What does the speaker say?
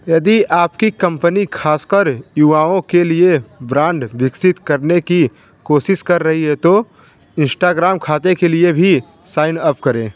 यदि आपकी कम्पनी खासकर युवाओं के लिए ब्रांड विकसित करने की कोशिश कर रही है तो इंस्टाग्राम खाते के लिए भी साइन अप करे